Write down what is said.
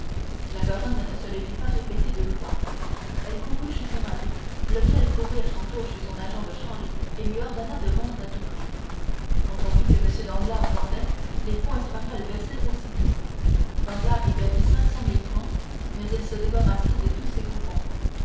la baronne ne se le fit pas répéter deux fois elle courut chez son mari lequel courut à son tour chez son agent de change et lui ordonna de vendre à tout prix quand on vit que m danglars vendait les fonds espagnols baissèrent aussitôt danglars y perdit cinq cent mille francs mais il se débarrassa de tous ses coupons